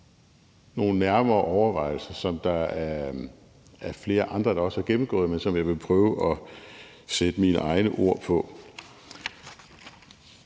nogle nærmere overvejelser, som der er flere andre der også har gennemgået, men som jeg vil prøve at sætte min egne ord på.